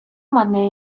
мане